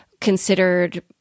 considered